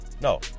No